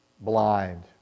blind